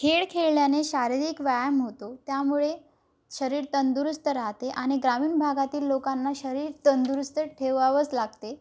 खेळ खेळल्याने शारीरिक व्यायाम होतो त्यामुळे शरीर तंदुरुस्त राहते आणि ग्रामीण भागातील लोकांना शरीर तंदुरुस्त ठेवावंच लागते